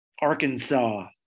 Arkansas